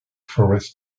forest